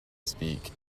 speak